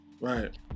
right